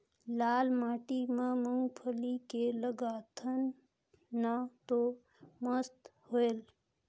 लाल माटी म मुंगफली के लगाथन न तो मस्त होयल?